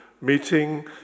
meeting